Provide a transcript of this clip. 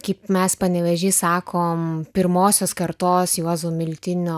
kaip mes panevėžy sakom pirmosios kartos juozo miltinio